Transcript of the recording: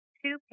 two